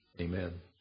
Amen